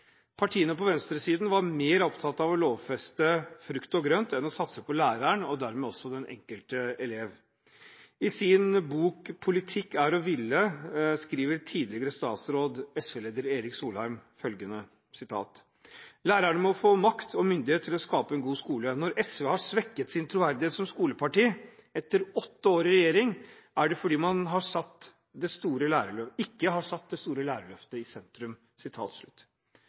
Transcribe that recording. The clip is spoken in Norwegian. Partiene på venstresiden var mer opptatt av å lovfeste frukt og grønt enn å satse på læreren og dermed også den enkelte elev. I sin bok, Politikk er å ville, skriver tidligere statsråd og SV-leder Erik Solheim: «Lærerne må få makt og myndighet til å skape en god skole. Når SV har fått svekket sin troverdighet som skoleparti etter åtte år i regjering, er det fordi man ikke har satt dette store lærerløftet i sentrum.» Da må vi ikke glemme at en sint, ung 20-åring som i